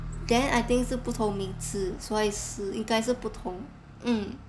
then I think 是不同名字所以是因该是不同 mm